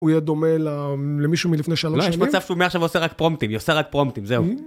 הוא יהיה דומה ל... למישהו מלפני שלוש שנים? לא, יש מצב שהוא מעכשיו עושה רק פרומפטים, היא עושה רק פרומפטים, זהו.